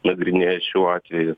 nagrinėja šiuo atveju